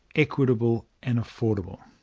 equitable and affordable.